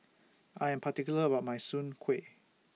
I Am particular about My Soon Kway